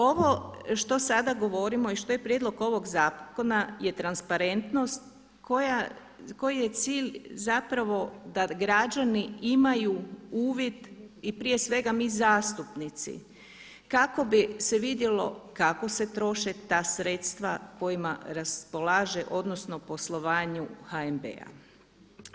Ovo što sada govorimo i što je prijedlog ovog zakona je transparentnost koji je cilj zapravo da građani imaju uvid i prije svega mi zastupnici kako bi se vidjelo kako se troše ta sredstva kojima raspolaže, odnosno poslovanju HNB-a.